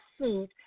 suit